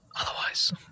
otherwise